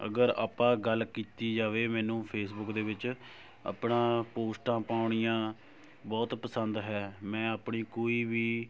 ਅਗਰ ਆਪਾਂ ਗੱਲ ਕੀਤੀ ਜਾਵੇ ਮੈਨੂੰ ਫੇਸਬੁੱਕ ਦੇ ਵਿੱਚ ਆਪਣਾ ਪੋਸਟਾਂ ਪਾਉਣੀਆਂ ਬਹੁਤ ਪਸੰਦ ਹੈ ਮੈਂ ਆਪਣੀ ਕੋਈ ਵੀ